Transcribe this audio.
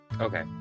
Okay